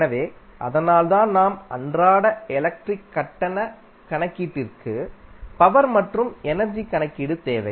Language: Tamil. எனவே அதனால்தான் நம் அன்றாட எலக்ட்ரிக் கட்டண கணக்கீட்டிற்கு பவர் மற்றும் எனர்ஜி கணக்கீடு தேவை